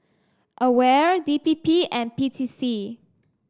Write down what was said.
Aware D P P and P T C